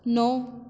ਨੌ